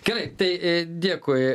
gerai tai e dėkui